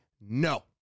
no